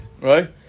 right